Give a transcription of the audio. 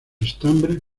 estambres